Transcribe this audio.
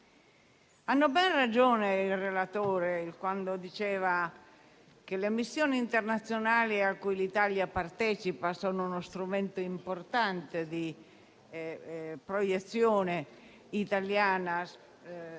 ha ben ragione il relatore quando dice che le missioni internazionali a cui l'Italia partecipa sono uno strumento importante della proiezione italiana